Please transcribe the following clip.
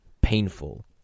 painful